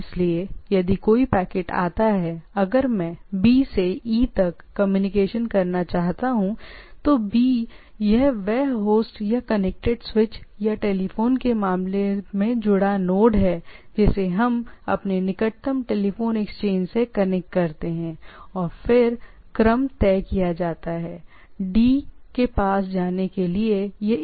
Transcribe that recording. इसलिए यदि कोई पैकेट आता है अगर मैं B से E तक कम्युनिकेशन करना चाहता हूं तो B यह वह होस्ट या कनेक्टेड स्विच या टेलीफोन के मामले में जुड़ा नोड है जिसे हम अपने निकटतम टेलीफोन एक्सचेंज से कनेक्ट करते हैं और फिर यह क्रम में तय होता है D के पास जाने के लिए इसे किस मार्ग पर चलना चाहिए